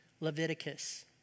Leviticus